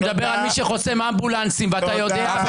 אני מדבר על מי שחוסם אמבולנסים ואתה יודע.